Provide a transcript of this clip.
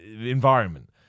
environment